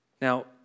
Now